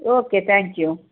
okay thank you